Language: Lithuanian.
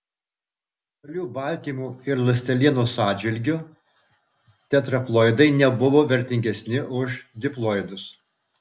žalių baltymų ir ląstelienos atžvilgiu tetraploidai nebuvo vertingesni už diploidus